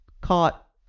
caught